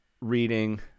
reading